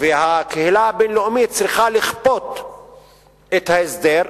והקהילה הבין-לאומית צריכה לכפות את ההסדר,